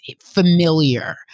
familiar